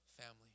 family